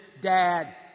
dad